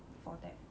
for that